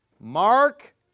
Mark